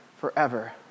forever